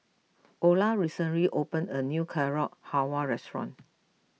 Olar recently opened a new Carrot Halwa restaurant